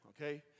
okay